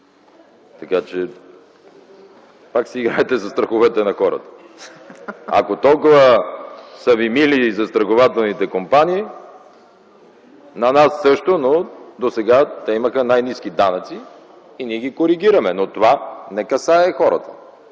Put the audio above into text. така че пак си играете със страховете на хората. Ако толкова са Ви мили застрахователните компании, на нас – също, но досега те имаха най-ниски данъци и ние ги коригираме. Но това не касае хората.